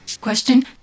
Question